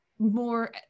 More